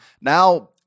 Now